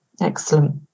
Excellent